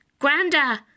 Granda